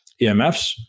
EMFs